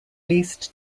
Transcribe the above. least